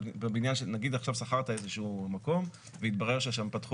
נגיד עכשיו שכרת איזה מקום והתברר ששם פתחו